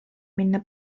minna